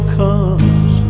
comes